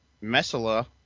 Messala